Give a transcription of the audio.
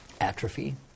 atrophy